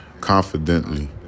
confidently